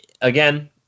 again